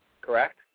correct